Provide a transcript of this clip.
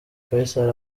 faisal